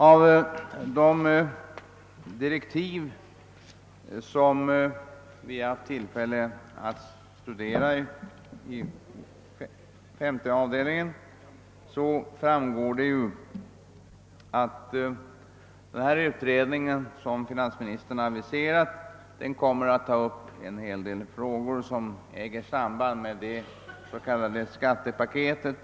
Av de direktiv, som vi haft tillfälle att studera i femte avdelningen, framgår det att den utredning som finansministern sålunda aviserat kommer att ta upp en hel del frågor som har samband med det s.k. skattepaketet.